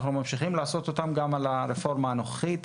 אנחנו ממשיכים לעשות אותן גם על הרפורמה הנוכחית.